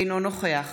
אינו נוכח